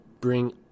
bring